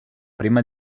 prima